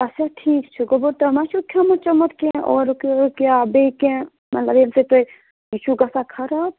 اچھا ٹھیٖک چھُ گوٚبُر تۄہہِ ما چھُو کھٮ۪ومُت چوٚمُت کیٚنٛہہ اورُک یورُک یا بیٚیہِ کیٚنٛہہ مطلب ییٚمہِ سۭتۍ تۄہہِ یہِ چھُو گژھان خراب